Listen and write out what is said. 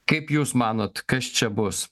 kaip jūs manot kas čia bus